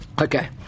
Okay